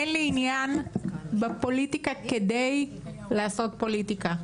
אין לי עניין בפוליטיקה כדי לעשות פוליטיקה,